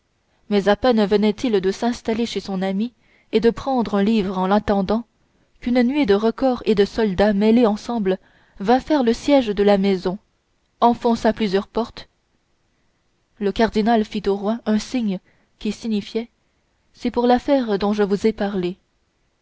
mais à peine venaitil de s'installer chez son ami et de prendre un livre en l'attendant qu'une nuée de recors et de soldats mêlés ensemble vint faire le siège de la maison enfonça plusieurs portes le cardinal fit au roi un signe qui signifiait c'est pour l'affaire dont je vous ai parlé